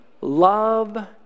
love